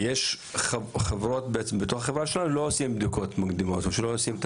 יש חברות בתוך החברה שלנו שלא עושים בדיקות מוקדמות או שלא עושים את